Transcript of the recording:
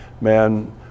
man